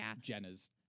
Jenna's